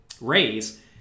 Raise